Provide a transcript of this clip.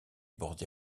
bordé